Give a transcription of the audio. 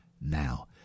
now